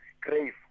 grave